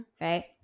right